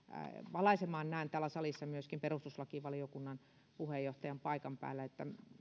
valaisemaan näen myöskin perustuslakivaliokunnan puheenjohtajan täällä salissa paikan päällä